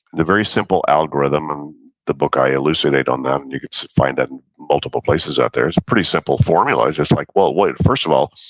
the very simple algorithm the book, i elucidate on that and you could find that in multiple places out there it's a pretty simple formula. it's just like, well, wait, first of all,